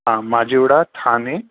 हा माझीवडा ठाणे